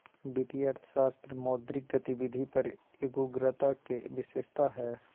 वित्तीय अर्थशास्त्र मौद्रिक गतिविधि पर एगोग्रता के विशेषता हइ